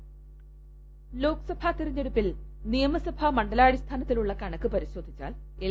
voice ലോക്സഭാ തിരഞ്ഞെടുപ്പിൽ നിയമസഭാ മണ്ഡലാടിസ്ഥാനത്തിലുള്ള കണക്ക് പരിശോധിച്ചാൽ എൽ